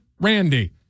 randy